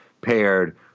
paired